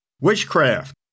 witchcraft